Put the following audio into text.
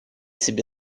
себе